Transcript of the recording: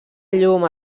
llum